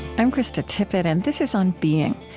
i'm krista tippett, and this is on being.